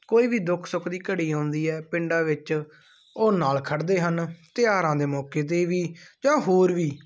ਕੋਈ ਵੀ ਦੁੱਖ ਸੁੱਖ ਦੀ ਘੜੀ ਆਉਂਦੀ ਹੈ ਪਿੰਡਾਂ ਵਿੱਚ ਉਹ ਨਾਲ ਖੜ੍ਹਦੇ ਹਨ ਅਤੇ ਤਿਉਹਾਰਾਂ ਦੇ ਮੌਕੇ 'ਤੇ ਵੀ ਜਾਂ ਹੋਰ ਵੀ